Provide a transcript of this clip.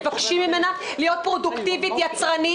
מבקשים ממנה להיות פרודוקטיבית ויצרנית,